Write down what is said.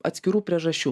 atskirų priežasčių